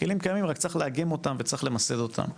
הם קיימים רק צריך לעגן אותם וצריך למסד אותם.